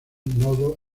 nodo